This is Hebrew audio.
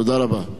תודה רבה.